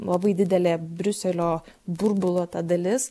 labai didelė briuselio burbulo ta dalis